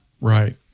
Right